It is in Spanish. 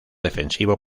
defensivo